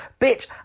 bitch